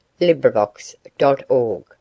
LibriVox.org